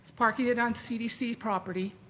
park it it on to cdc property,